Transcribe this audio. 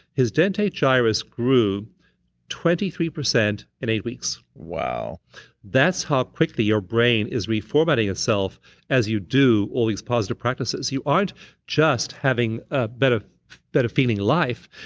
his dentate gyrus grew twenty three percent in eight weeks wow that's how quickly your brain is reformatting itself as you do all these positive practices you aren't just having a better feeling life.